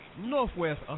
Northwest